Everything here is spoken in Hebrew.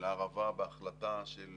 לערבה בהחלטה של